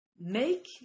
Make